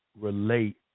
relate